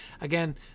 again